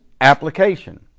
application